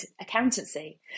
accountancy